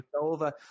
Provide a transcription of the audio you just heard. over